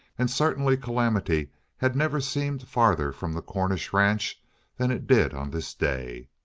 and certainly calamity had never seemed farther from the cornish ranch than it did on this day.